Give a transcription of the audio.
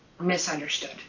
misunderstood